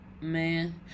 man